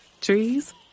Trees